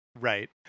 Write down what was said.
right